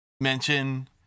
mention